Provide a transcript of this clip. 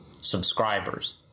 subscribers